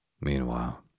Meanwhile